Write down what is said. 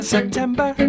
September